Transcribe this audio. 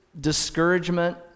discouragement